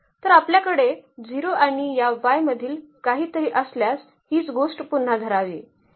तर आपल्याकडे 0 आणि या Y मधील काहीतरी असल्यास हीच गोष्ट पुन्हा धरावी